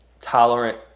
tolerant